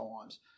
times